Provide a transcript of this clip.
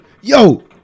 yo